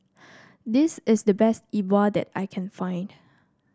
this is the best Yi Bua that I can find